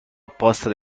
opposta